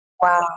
Wow